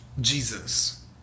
Jesus